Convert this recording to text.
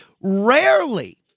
Rarely